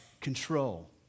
control